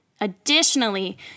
Additionally